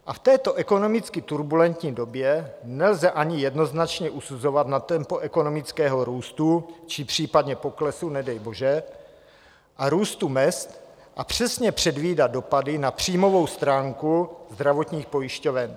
A v této ekonomicky turbulentní době nelze ani jednoznačně usuzovat na tempo ekonomického růstu, či případně poklesu, nedej bože, a růstu mezd a přesně předvídat dopady na příjmovou stránku zdravotních pojišťoven.